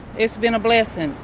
it's been a blessing.